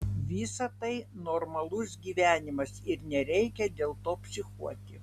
visa tai normalus gyvenimas ir nereikia dėl to psichuoti